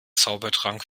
zaubertrank